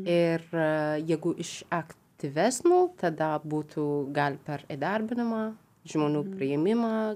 ir jeigu iš aktyvesnių tada būtų gal per įdarbinimą žmonių priėmimą